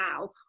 now